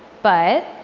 but